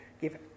give